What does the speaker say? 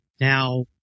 now